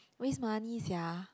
waste money sia